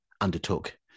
undertook